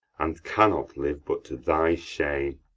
and cannot live but to thy shame,